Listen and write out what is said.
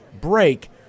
break